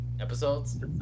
episodes